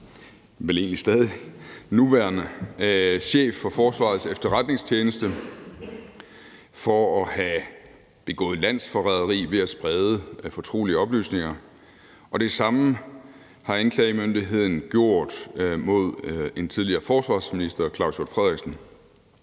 vel egentlig stadig nuværende chef for Forsvarets Efterretningstjeneste for at have begået landsforræderi ved at sprede fortrolige oplysninger. Det samme har anklagemyndigheden gjort mod en tidligere forsvarsminister, Claus Hjort Frederiksen.